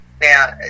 Now